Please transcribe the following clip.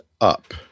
Up